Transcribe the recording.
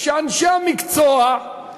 כשאנשי המקצוע,